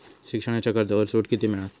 शिक्षणाच्या कर्जावर सूट किती मिळात?